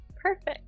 perfect